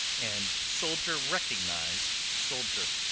and soldier recognized soldier.